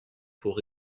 pour